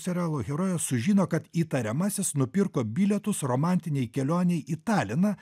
serialo herojė sužino kad įtariamasis nupirko bilietus romantinei kelionei į taliną